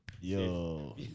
Yo